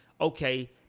okay –